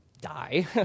die